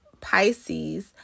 Pisces